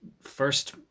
first